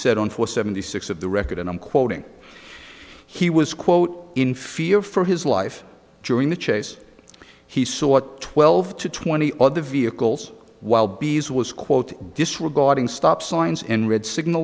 said on four seventy six of the record and i'm quoting he was quote in fear for his life during the chase he saw twelve to twenty other vehicles while bees was quote disregarding stop signs and red signal